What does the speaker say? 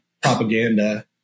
propaganda